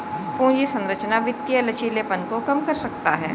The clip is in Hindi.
पूंजी संरचना वित्तीय लचीलेपन को कम कर सकता है